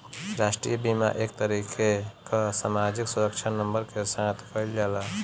राष्ट्रीय बीमा एक तरीके कअ सामाजिक सुरक्षा नंबर के साथ कइल जाला